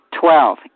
Twelve